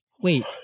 wait